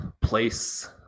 place